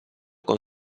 con